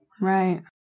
Right